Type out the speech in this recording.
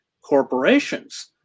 corporations